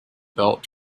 belt